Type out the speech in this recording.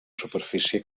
superfície